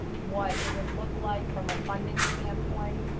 what it would look like from a funding standpoint,